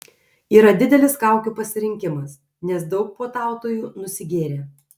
yra didelis kaukių pasirinkimas nes daug puotautojų nusigėrė